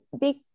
big